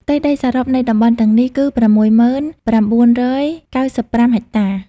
ផ្ទៃដីសរុបនៃតំបន់ទាំងនេះគឺ ៦០,៩៩៥ ហិកតា។